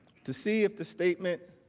to see if the statement